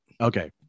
Okay